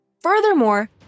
Furthermore